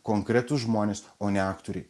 konkretūs žmonės o ne aktoriai